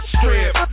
strip